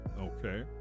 Okay